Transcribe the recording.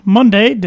Monday